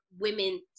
women